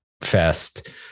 Fest